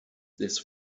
this